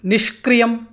निष्क्रियम्